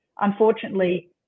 Unfortunately